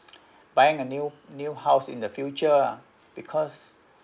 buying a new new house in the future ah because